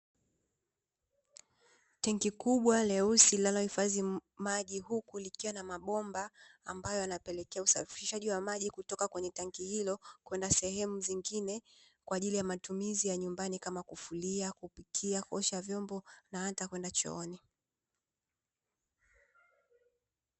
Tenki kubwa leusi linalohifadhi maji huku likiwa na mabomba ambayo yanapelekea usafirishaji wa maji kutoka kwenye tenki hilo kwenda sehemu zingine, kwa ajili ya matumizi ya nyumbani kama kufulia, kupikia, kuosha vyombo na hata kwenda chooni.